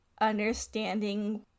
understanding